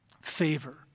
favor